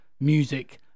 music